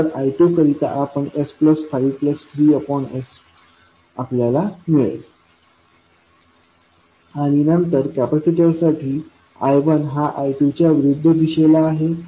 तर I2 करिता आपल्या s53s मिळेल आणि नंतर कॅपॅसिटरसाठी I1 हा I2 च्या विरुद्ध दिशेला आहे